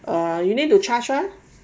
ah you need to charge lah